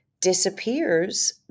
disappears